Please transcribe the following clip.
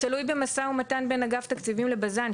תלוי במשא ומתן בין אגף תקציבים לבז"ן.